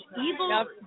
evil